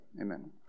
Amen